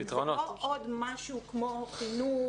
זה לא עוד משהו כמו חינוך.